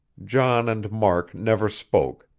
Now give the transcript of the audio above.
john and mark never spoke,